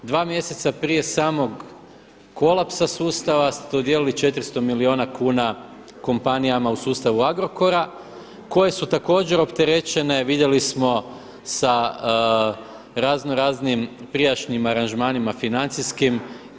Dva mjeseca prije samog kolapsa sustava ste dodijelili 400 milijuna kuna kompanijama u sustavu Agrokora koje su također opterećene vidjeli smo sa razno raznim prijašnjim aranžmanima financijskim.